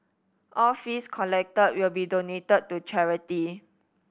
all fees collected will be donated to charity